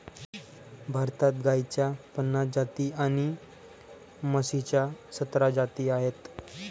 भारतात गाईच्या पन्नास जाती आणि म्हशीच्या सतरा जाती आहेत